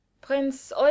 Prince